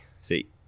see